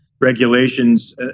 regulations